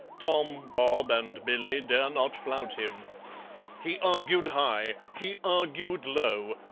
tom, bob, and billy dare not flout him he argued high, he argued low,